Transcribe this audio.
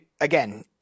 again